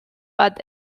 but